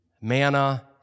manna